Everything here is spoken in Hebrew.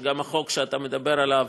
גם החוק שאתה מדבר עליו